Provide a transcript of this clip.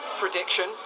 prediction